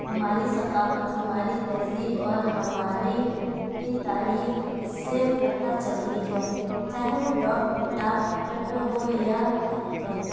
ہماری ثقافت ہماری تہذیب اور ہماری تاریخ اس سے پتا چلتی ہے چاہے وہ ڈاک ڈاک ٹکٹ ہو یا پھر